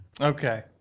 okay